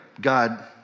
God